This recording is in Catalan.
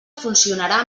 funcionarà